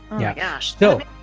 yeah, gosh, though.